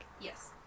Yes